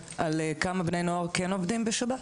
האם אנחנו יודעים כמה בני נוער כן עובדים בשבת?